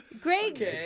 Greg